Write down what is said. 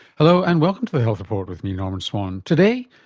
hello and welcome to the health report with me, norman swan. today,